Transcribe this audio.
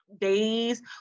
days